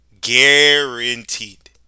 Guaranteed